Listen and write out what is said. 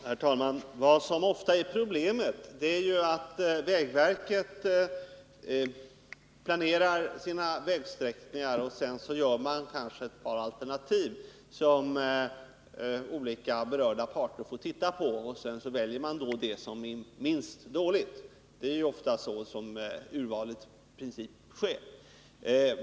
Herr talman! Vad som ofta är problemet är att vägverket vid sin planering av olika vägsträckningar utformar ett par alternativ som olika berörda parter får titta på och att man sedan väljer det som är minst dåligt. Det är ofta så urvalet sker.